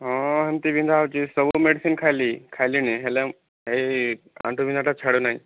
ହଁ ସେମିତି ବିନ୍ଧା ହେଉଛି ସବୁ ମେଡ଼ିସିନ ଖାଇଲି ଖାଇଲିଣି ହେଲେ ଏଇ ଆଣ୍ଠୁ ବିନ୍ଧାଟା ଛାଡ଼ୁନାହିଁ